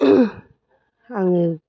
आङो